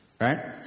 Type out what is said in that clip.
Right